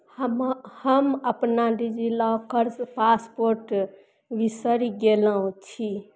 हम हम अपना डीजीलौकरसँ पासपोट बिसरि गेलहुँ छी